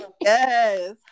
yes